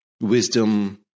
wisdom